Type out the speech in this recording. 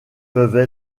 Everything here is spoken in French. peuvent